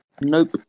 Nope